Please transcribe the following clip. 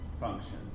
functions